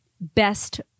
best